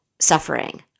suffering